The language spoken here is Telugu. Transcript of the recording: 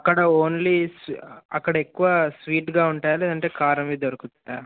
అక్కడ ఓన్లీ స్ అక్కడ ఎక్కువ స్వీట్గా ఉంటాయి లేదంటే కారంవి దొరుకుతాా